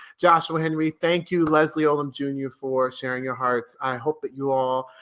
joshua henry. thank you. leslie odom jr for sharing your hearts. i hope that you all